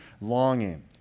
longing